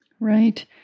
Right